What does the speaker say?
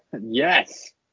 Yes